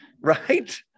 Right